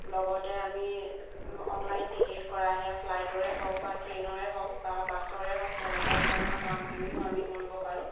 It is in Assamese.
লগতে আমি অনলাইন টিকেট কৰা সেয়া ফ্লাইটৰে হওক বা ট্ৰেইনৰে হওক বা বাছৰে হওক তেনেকুৱা ধৰণৰ কামসমূহো আমি কৰিব পাৰোঁ